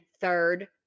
third